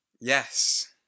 Yes